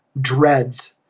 dreads